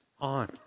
on